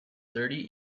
thirty